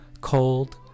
Cold